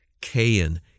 Cain